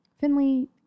Finley